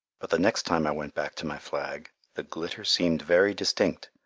but the next time i went back to my flag, the glitter seemed very distinct,